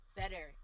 better